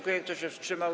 Kto się wstrzymał?